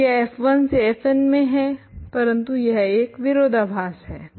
तो यह f1 से fn में है परंतु यह एक विरोधाभास है